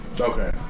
okay